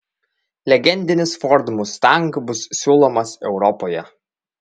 legendinis ford mustang bus siūlomas europoje